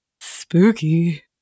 Spooky